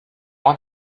want